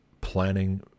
planning